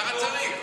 ככה צריך.